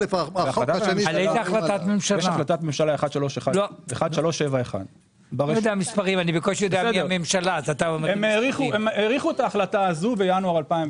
יש החלטת ממשלה 1371. הם האריכו את ההחלטה הזאת בארבעה חודשים,